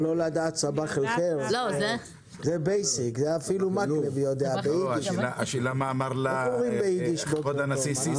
היה לנו דיון בוועדת הפנים אתמול והיה